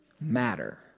matter